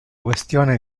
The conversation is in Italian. questione